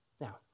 Now